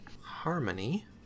Harmony